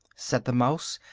said the mouse,